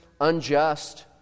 unjust